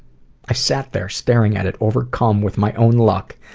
i sat there staring at it overcome with my own luck.